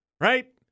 Right